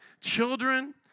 children